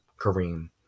Kareem